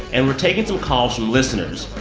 and we're taking some calls from listeners.